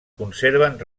conserven